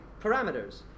parameters